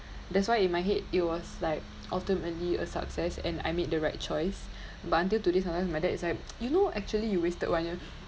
that's why in my head it was like ultimately a success and I made the right choice but until sometimes my dad is like you know actually you wasted one year